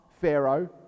Pharaoh